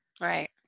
Right